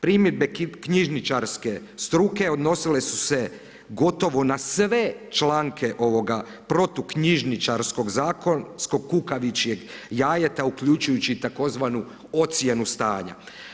Primjedbe knjižničarske struke odnosile su se gotovo na sve članke ovoga protu knjižničarskog zakonsko kukavičjeg jajeta, uključujući tzv. ocjenu stanja.